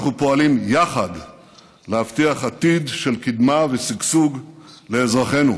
אנחנו פועלים יחד להבטיח עתיד של קדמה ושגשוג לאזרחינו.